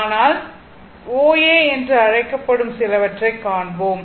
ஆனால் OA என்று அழைக்கப்படும் சிலவற்றைக் காண்போம்